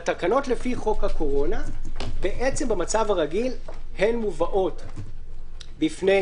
והתקנות לפי חוק הקורונה במצב הרגיל מובאות בפני